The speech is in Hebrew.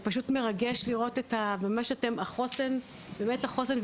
פשוט מרגש לראות את זה שאתן באמת החוסן,